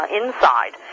inside